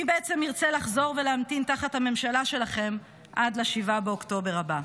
מי בעצם ירצה לחזור ולהמתין תחת הממשלה שלכם עד ל-7 באוקטובר הבא?